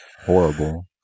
horrible